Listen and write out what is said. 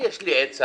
יש לי עצה,